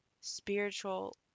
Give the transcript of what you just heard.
spiritual